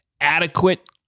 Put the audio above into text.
adequate